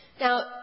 Now